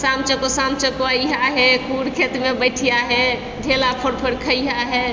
साम चको साम चको अइ हऽ हे दूर खेतमे बैठि हऽ हे ढेला फोड़ि फोड़ि खइ हऽ हे